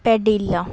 ਪੈਡੀਲਾ